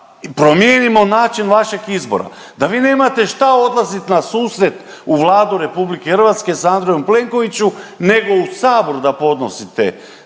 promijenimo način vašeg izbora? Da vi nemate šta odlaziti na susret u Vladu RH s Andrejom Plenkoviću nego u Sabor da podnosite